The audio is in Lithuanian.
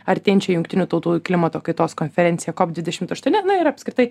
artėjančią jungtinių tautų klimato kaitos konferenciją cop dvidešimt aštuoni ir apskritai